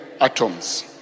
atoms